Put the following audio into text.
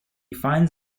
finds